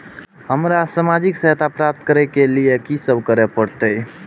हमरा सामाजिक सहायता प्राप्त करय के लिए की सब करे परतै?